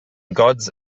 gods